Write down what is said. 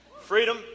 Freedom